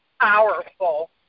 powerful